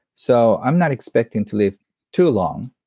so i'm not expecting to live too long,